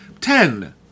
ten